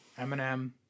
Eminem